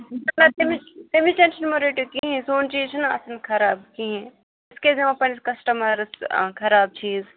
تَمُیٛکۍ tension ما رٔٹیو کِہیٖنۍ سون چیز چھُنہٕ آسان خراب کِہیٖنۍ أسۍ کیازِ دِمو پَنہٕ نسۍ کَسٹَمَرس خراب چیٖز